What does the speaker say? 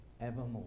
evermore